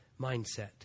mindset